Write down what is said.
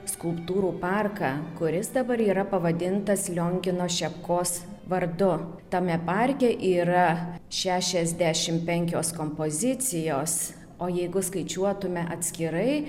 skulptūrų parką kuris dabar yra pavadintas liongino šepkos vardu tame parke yra šešiasdešim penkios kompozicijos o jeigu skaičiuotume atskirai